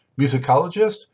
musicologist